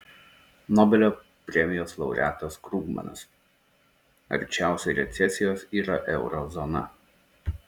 nobelio premijos laureatas krugmanas arčiausiai recesijos yra euro zona